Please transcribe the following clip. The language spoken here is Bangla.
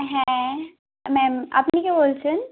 হ্যাঁ ম্যাম আপনি কে বলছেন